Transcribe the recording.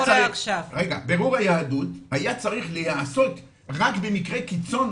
בירור היהדות היה צריך להיעשות רק במקרה קיצון,